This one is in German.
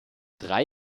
drei